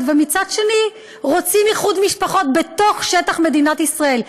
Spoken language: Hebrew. ומצד שני רוצים איחוד משפחות בתוך שטח מדינת ישראל.